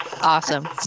Awesome